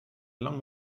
long